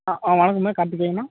ஆ வணக்கண்ணா கார்த்திகேயனா